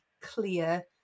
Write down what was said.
clear